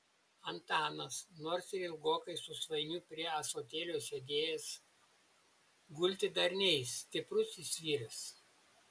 antanas nors ir ilgokai su svainiu prie ąsotėlio sėdėjęs gulti dar neis stiprus jis vyras